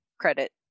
credit